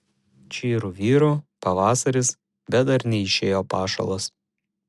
čyru vyru pavasaris bet dar neišėjo pašalas